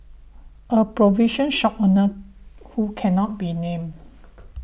a provision shop owner who cannot be named